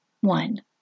one